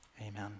amen